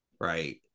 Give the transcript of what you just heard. right